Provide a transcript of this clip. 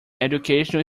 educational